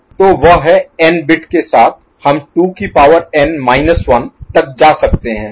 तो वह है n बिट के साथ हम 2 की पावर n माइनस 1 तक जा सकते हैं